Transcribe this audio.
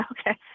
okay